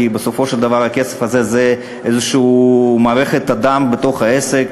כי בסופו של דבר הכסף הזה הוא איזה מחזור דם בתוך העסק.